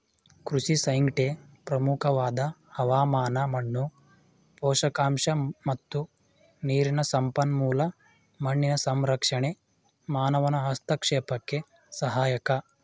ಕೃಷಿ ಸೈಟ್ಗೆ ಪ್ರಮುಖವಾದ ಹವಾಮಾನ ಮಣ್ಣು ಪೋಷಕಾಂಶ ಮತ್ತು ನೀರಿನ ಸಂಪನ್ಮೂಲ ಮಣ್ಣಿನ ಸಂರಕ್ಷಣೆ ಮಾನವನ ಹಸ್ತಕ್ಷೇಪಕ್ಕೆ ಸಹಾಯಕ